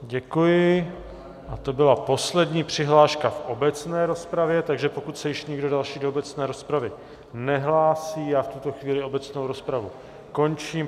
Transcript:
Děkuji a to byla poslední přihláška v obecné rozpravě, takže pokud se již nikdo další do obecné rozpravy nehlásí, já v tuto chvíli obecnou rozpravu končím.